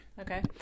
Okay